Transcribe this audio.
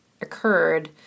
occurred